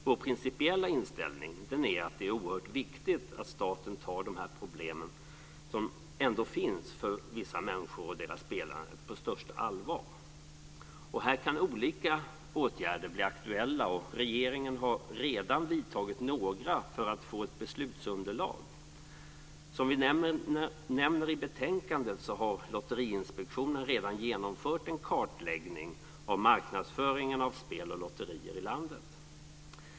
Vår principiella inställning är att det är oerhört viktigt att staten tar de problem som vissa människor har med sitt spelande på största allvar. Här kan olika åtgärder bli aktuella. Regeringen har redan vidtagit några för att få ett beslutsunderlag. Som vi nämner i betänkandet har Lotteriinspektionen redan genomfört en kartläggning av marknadsföringen av spel och lotterier i landet.